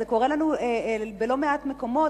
זה קורה לנו בלא מעט מקומות.